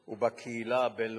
ובקהילה הבין-לאומית.